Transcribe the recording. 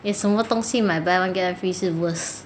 有什么东西买 buy one get one free 是 worst